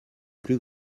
plus